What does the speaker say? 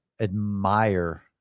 admire